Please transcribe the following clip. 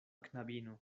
knabino